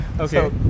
Okay